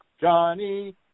Johnny